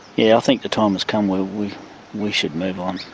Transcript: yeah, i think the time has come where we we should move on.